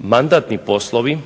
Mandatni poslovi